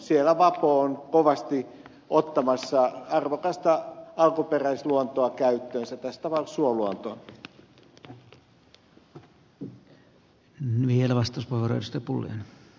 siellä vapo on kovasti ottamassa arvokasta alkuperäisluontoa käyttöönsä tässä tapauksessa suoluontoa